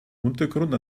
untergrund